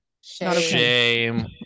Shame